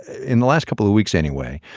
in the last couple of weeks, anyway,